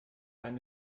eine